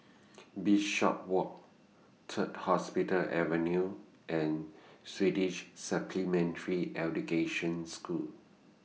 Bishopswalk Third Hospital Avenue and Swedish Supplementary Education School